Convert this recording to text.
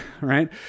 right